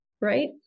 right